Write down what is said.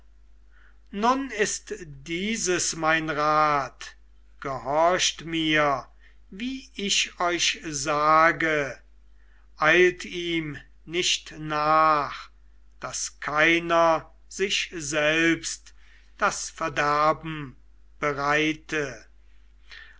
nun ist dieses mein rat gehorcht mir wie ich euch sage eilt ihm nicht nach daß keiner sich selbst das verderben bereite